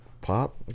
Pop